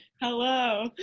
Hello